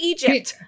Egypt